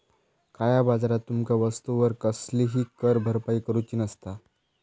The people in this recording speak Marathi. काळया बाजारात तुमका वस्तूवर कसलीही कर भरपाई करूची नसता